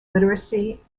literacy